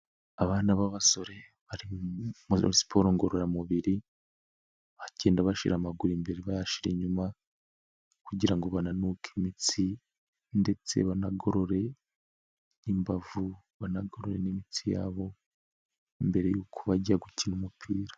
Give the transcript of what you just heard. Abana b'abasore bari muri siporo ngororamubiri bagenda bashira amaguru imbere bayashira inyuma kugira ngo bananuke imitsi ndetse banagorore n'imbavu banagorore n'imitsi yabo mbere y'uko bajya gukina umupira.